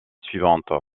suivante